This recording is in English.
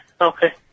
Okay